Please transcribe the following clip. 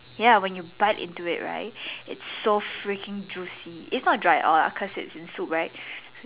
ya when you bite into like it's so freaking juicy it's not dry at all lah because it's in soup right